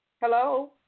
Hello